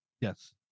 Yes